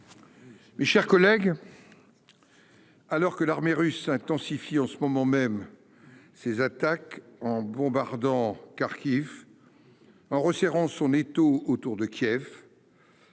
mes chers collègues, alors que l'armée russe intensifie, en ce moment même, ses attaques en bombardant Kharkiv, en resserrant son étau autour de Kiev,